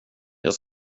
jag